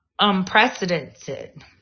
Unprecedented